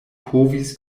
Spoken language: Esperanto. povis